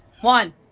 One